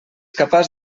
capaç